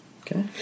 Okay